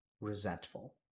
resentful